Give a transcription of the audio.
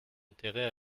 intérêt